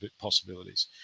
possibilities